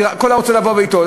כל הרוצה לבוא וייטול.